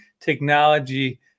technology